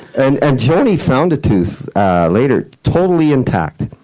and and joanie found a tooth later, totally intact.